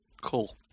Cool